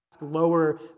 lower